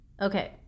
okay